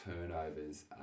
turnovers